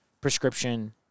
prescription